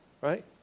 Right